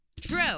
True